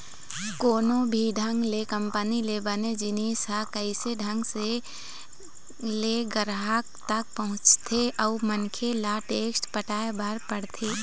कोनो भी ढंग ले कंपनी ले बने जिनिस ह कइसे ढंग ले गराहक तक पहुँचथे अउ मनखे ल टेक्स पटाय बर पड़थे